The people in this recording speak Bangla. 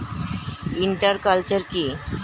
ইন্টার কালচার কি?